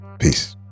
peace